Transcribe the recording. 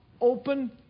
open